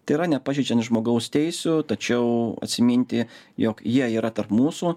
tai yra nepažeidžiant žmogaus teisių tačiau atsiminti jog jie yra tarp mūsų